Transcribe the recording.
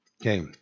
Okay